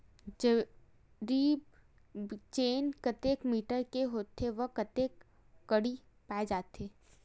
जरीब चेन कतेक मीटर के होथे व कतेक कडी पाए जाथे?